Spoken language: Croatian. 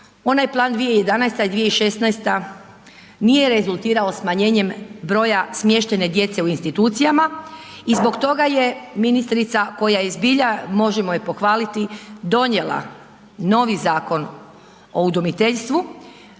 onaj plan 2011.-2016. nije rezultirao smanjenje broja smještenih djece u institucijama i zbog toga je ministrica, koja je zbilja, možemo ju pohvaliti, donijela novi Zakon o udomiteljstvu,